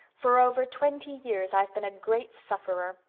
for over twenty years i've been a great sufferer.